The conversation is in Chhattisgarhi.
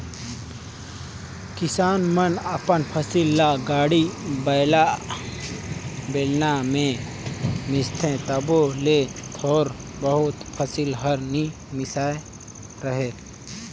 किसान मन अपन फसिल ल गाड़ी बइला, बेलना मे मिसथे तबो ले थोर बहुत फसिल हर नी मिसाए रहें